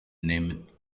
named